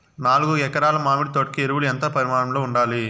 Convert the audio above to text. నాలుగు ఎకరా ల మామిడి తోట కు ఎరువులు ఎంత పరిమాణం లో ఉండాలి?